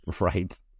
Right